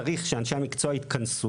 צריך שאנשי המקצוע התכנסו.